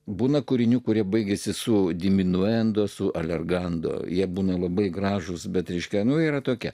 būna kūrinių kurie baigiasi su diminuendo su alergando jie būna labai gražūs bet reiškia yra tokia